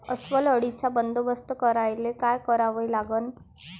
अस्वल अळीचा बंदोबस्त करायले काय करावे लागन?